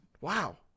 Wow